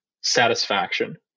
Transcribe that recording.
satisfaction